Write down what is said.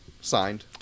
Signed